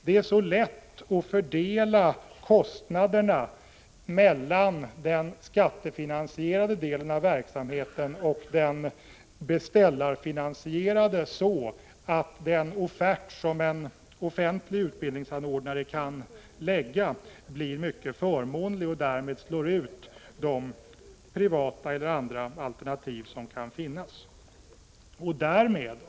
Det är så lätt att fördela kostnaderna mellan den skattefinansierade delen av verksamheten och den beställarfinansierade så, att den offert som den offentliga utbildningsanordnaren kan lägga blir mycket förmånlig och därmed slår ut de privata och andra alternativ som kan finnas.